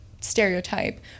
stereotype